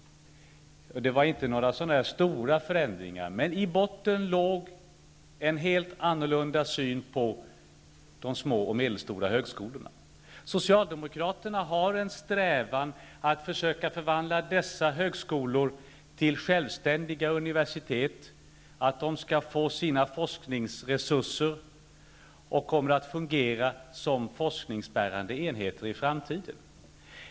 Det var inte några stora förändringar, men i botten låg en helt annorlunda syn på de små och medelstora högskolorna än vad vi har. Socialdemokraterna har en strävan att försöka förvandla dessa högskolor till självständiga universitet som skall få fasta forskningsresurser och skall fungera som forskningsbärande enheter i framtiden.